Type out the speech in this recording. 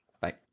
Bye